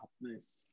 nice